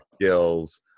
skills